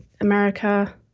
America